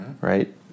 right